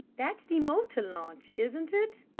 that's the motor-launch, isn't it?